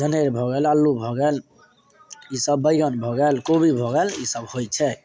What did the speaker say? जनेर भऽ गेल अल्लू भऽ गेल इसब बैगन भऽ गेल कोबी भऽ गेल इसब होइ छै